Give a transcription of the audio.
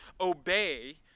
obey